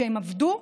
הם עבדו,